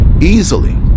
easily